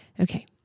Okay